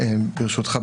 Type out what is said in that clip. ברשותך,